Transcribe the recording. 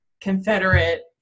Confederate